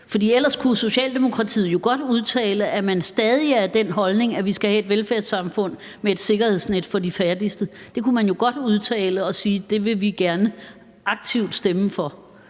ellers kunne Socialdemokratiet jo godt udtale, at man stadig er af den holdning, at vi skal have et velfærdssamfund med et sikkerhedsnet for de fattigste. Det kunne man jo godt udtale, og man kunne godt sige, at det vil man gerne aktivt stemme for.